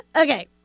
Okay